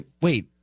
Wait